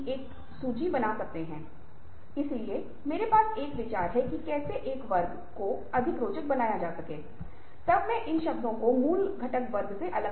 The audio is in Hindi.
इस तर्क का दूसरे पक्ष को अनुमान होगा कि कौन तैयार करता है अब यह नहीं है कि तब और केवल तर्क आ सकते हैं